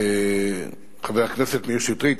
ידידי חבר הכנסת מאיר שטרית,